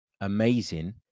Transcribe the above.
amazing